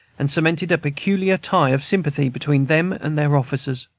and cemented a peculiar tie of sympathy between them and their officers.